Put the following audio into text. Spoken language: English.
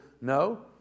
No